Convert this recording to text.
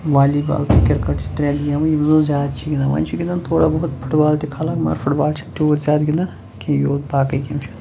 والی بال تہٕ کِرکٹ چھِ ترٛےٚ گیمہٕ یِم زن زیادٕ چھِ گِنٛدان وۄنۍ چھِ گِنٛدان تھوڑا بہت فُٹ بال تہِ خلق مگر فُٹ بال چھِنہٕ تیٛوٗت زیادٕ گِنٛدان کیٚنٛہہ یوٗت باقٕے گیمہٕ چھِ